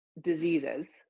diseases